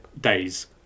days